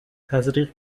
تزریق